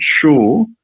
sure